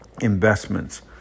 investments